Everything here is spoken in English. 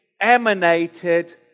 emanated